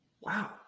Wow